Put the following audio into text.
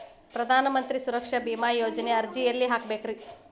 ಪ್ರಧಾನ ಮಂತ್ರಿ ಸುರಕ್ಷಾ ಭೇಮಾ ಯೋಜನೆ ಅರ್ಜಿ ಎಲ್ಲಿ ಹಾಕಬೇಕ್ರಿ?